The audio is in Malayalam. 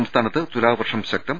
സംസ്ഥാനത്ത് തുലാവർഷം ശക്തം